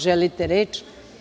Želite reč?